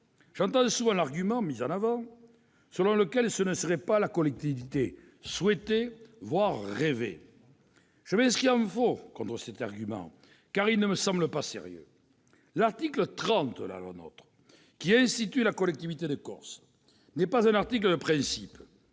J'entends souvent l'argument selon lequel il ne s'agirait pas de la collectivité souhaitée, voire rêvée. Je m'inscris en faux contre cet argument, qui n'est pas sérieux. L'article 30 de la loi NOTRe, qui institue la collectivité de Corse, n'est pas un article de principe.